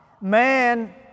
Man